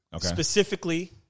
specifically